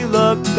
look